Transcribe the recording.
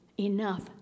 enough